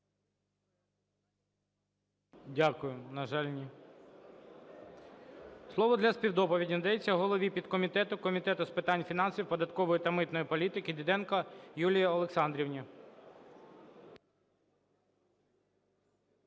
Дякую. На жаль, ні. Слово для співдоповіді надається голові підкомітету Комітету з питань фінансів, податкової та митної політики Діденко Юлії Олександрівні.